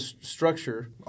structure